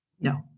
No